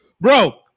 Bro